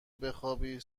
بخوابی